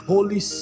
Holy